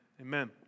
Amen